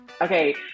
okay